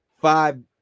five